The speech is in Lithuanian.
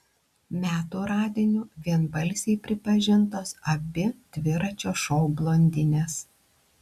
metų radiniu vienbalsiai pripažintos abi dviračio šou blondinės